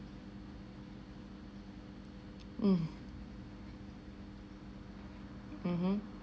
mm mmhmm